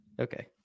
Okay